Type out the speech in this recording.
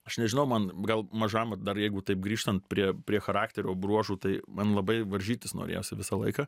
aš nežinau man gal mažam dar jeigu taip grįžtan prie prie charakterio bruožų tai man labai varžytis norėjosi visą laiką